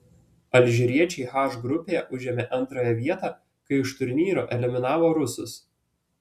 alžyriečiai h grupėje užėmė antrąją vietą kai iš turnyro eliminavo rusus